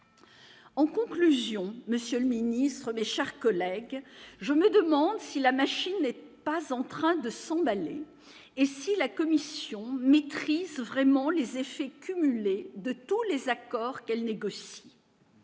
En conclusion, monsieur le ministre Béchard, collègues, je me demande si la machine n'est pas en train de s'emballer et si la commission Metris vraiment les effets cumulés de tous les accords qu'elle négocie.